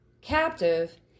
captive